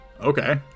okay